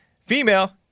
Female